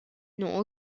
n’ont